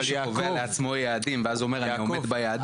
אבל מי שקובע לעצמו יעדים ואז אומר אני אומר אני עומד ביעדים,